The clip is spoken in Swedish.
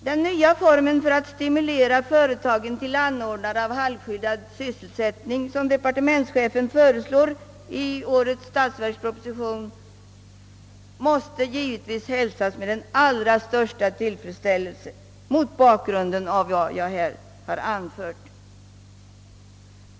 Den nya formen för att stimulera företagen till anordnande av halvskyddad sysselsättning som departementschefen föreslår i årets statsverksproposition måste givetvis hälsas med den allra största tillfredsställelse mot bakgrunden av vad jag här har anfört.